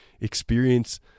experience